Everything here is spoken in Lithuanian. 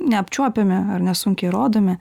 neapčiuopiami ar nesunkiai rodomi